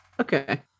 Okay